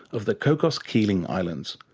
of the cocos-keeling islands,